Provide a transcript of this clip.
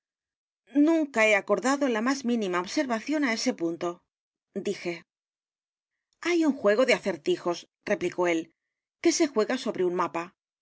nunca he acordado la más mínima observación á ese punto dije hay un juego de acertijos replicó él que se j u e g a sobre un m